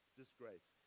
disgrace